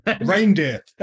Reindeer